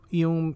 yung